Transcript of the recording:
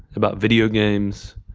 about videogames,